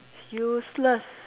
useless